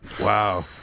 Wow